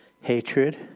hatred